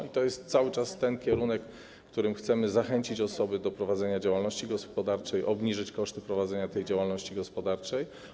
I to jest cały czas ten kierunek, którym chcemy zachęcić osoby do prowadzenia działalności gospodarczej, obniżyć koszty prowadzenia działalności gospodarczej.